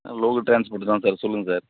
ஆ லோகு ட்ரான்ஸ்போர்ட்டுதான் சார் சொல்லுங்கள் சார்